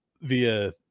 via